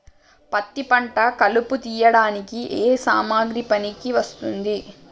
పత్తి పంట కలుపు తీయడానికి ఏ సామాగ్రి పనికి వస్తుంది?